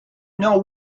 know